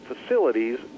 facilities